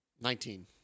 Nineteen